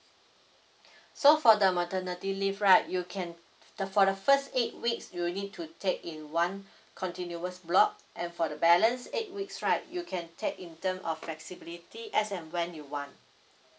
so for the maternity leave right you can the for the first eight weeks you will need to take in one continuous block and for the balance eight weeks right you can take in term of flexibility as and when you want